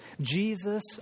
Jesus